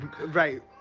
Right